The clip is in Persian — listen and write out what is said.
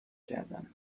کردن